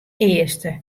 earste